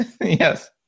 Yes